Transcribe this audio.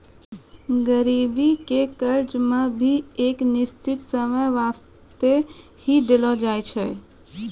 गरीबी के कर्जा मे भी एक निश्चित समय बासते ही देलो जाय छै